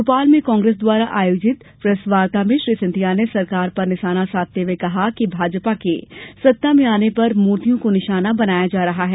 मोपाल में कांग्रेस द्वारा आयोजित प्रेस वार्ता में श्री सिंधिया ने सरकार पर निशाना साधते हुये कहा कि भाजपा के सत्ता में आने पर मुर्तियों को निशाना बनाया जा रहा है